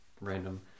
random